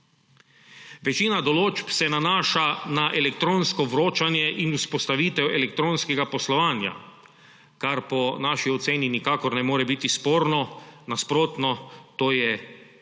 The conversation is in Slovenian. Večina določb se nanaša na elektronsko vročanje in vzpostavitev elektronskega poslovanja, kar po naši oceni nikakor ne more biti sporno; nasprotno, to je